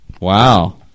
Wow